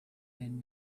then